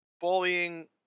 bullying